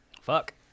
fuck